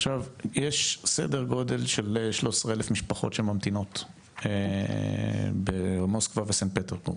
עכשיו יש סדר גודל של כ-13,000 משפחות שממתינות במוסקבה וסנט פטרבורג,